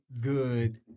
Good